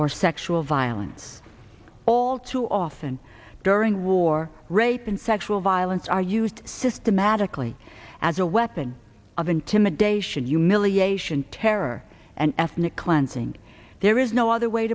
or sexual violence all too often during war rape and sexual violence are used systematically as a weapon of intimidation humiliation terror and ethnic cleansing there is no other way